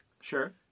Sure